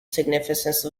significance